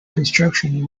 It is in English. construction